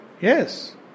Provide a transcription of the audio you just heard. Yes